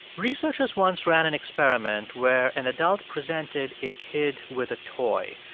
researchers once ran an experiment where an adult presented a kid with a toy,